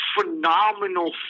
phenomenal